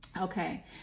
Okay